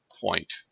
point